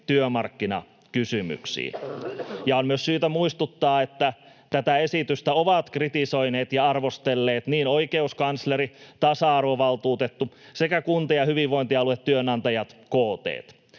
työmarkkinakysymyksiin. On myös syytä muistuttaa, että tätä esitystä ovat kritisoineet ja arvostelleet oikeuskansleri, tasa-arvovaltuutettu sekä Kunta- ja hyvinvointialuetyönantajat KT,